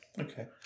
Okay